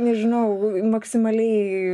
nežinau maksimaliai